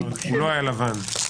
הוא לא היה לבן.